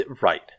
Right